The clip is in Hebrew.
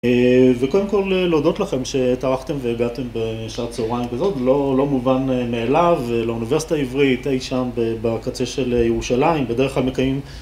וקודם כל להודות לכם שטרחתם והגעתם בשעה צהריים בזאת, לא מובן מאליו, לאוניברסיטה העברית היא שם בקצה של ירושלים בדרך כלל מקיימים